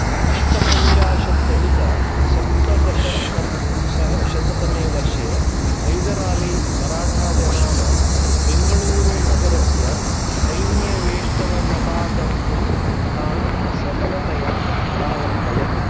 अष्टपञ्चाशत्तधिक सप्तदश तं शह शत तमे वर्षे हैदर् आली मराठाजनानां बेङ्गलूरु नगरस्य सैन्यवेष्टनमपाकर्तुं तान् सफलतया प्रावर्तयत्